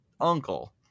uncle